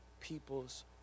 people's